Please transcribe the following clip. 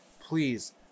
please